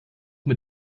mit